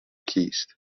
کیست